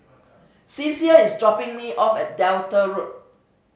Ceasar is dropping me off at Delta Road